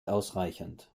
ausreichend